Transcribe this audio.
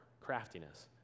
craftiness